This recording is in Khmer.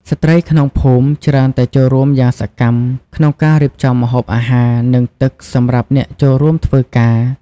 ស្ត្រីក្នុងភូមិច្រើនតែចូលរួមយ៉ាងសកម្មក្នុងការរៀបចំម្ហូបអាហារ និងទឹកសម្រាប់អ្នកចូលរួមធ្វើការ។